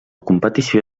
competició